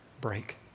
break